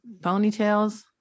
ponytails